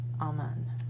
Amen